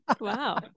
Wow